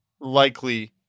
likely